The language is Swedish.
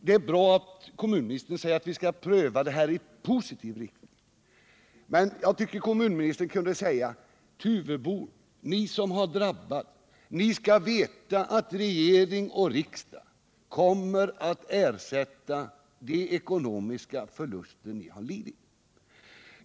Det är bra att kommunministern försäkrar att vi skall pröva dessa frågor i en positiv anda, men jag tycker att kommunministern också kunde säga till de drabbade Tuveborna: Ni skall veta att regering och riksdag kommer att ersätta de ekonomiska förluster ni har lidit.